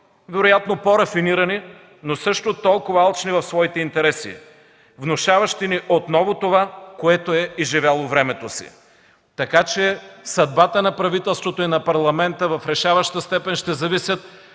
вероятно по-рафинирани, но също толкова алчни в своите интереси, внушаващи ни отново това, което е изживяло времето си, съдбата на правителството и на Парламента в решаваща степен ще зависи